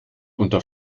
unter